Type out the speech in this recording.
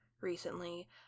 recently